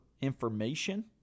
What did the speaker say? information